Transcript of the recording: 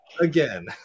Again